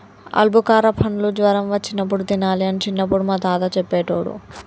ఆల్బుకార పండ్లు జ్వరం వచ్చినప్పుడు తినాలి అని చిన్నపుడు మా తాత చెప్పేటోడు